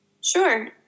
Sure